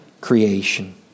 creation